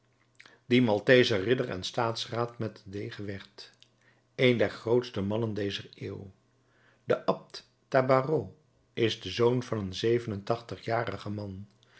die malthezer ridder en staatsraad met den degen werd een der grootste mannen dezer eeuw de abt tabaraud is de zoon van een zeven en tachtigjarig man